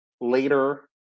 later